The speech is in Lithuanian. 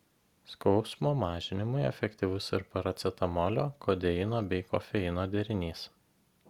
skausmo mažinimui efektyvus ir paracetamolio kodeino bei kofeino derinys